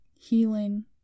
healing